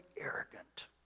arrogant